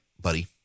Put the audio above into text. buddy